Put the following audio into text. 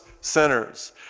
sinners